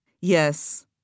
Yes